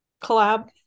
collab